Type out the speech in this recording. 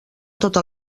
tota